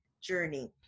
journey